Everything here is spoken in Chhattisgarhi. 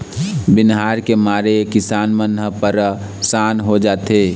बनिहार के मारे किसान मन ह परसान हो जाथें